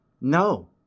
No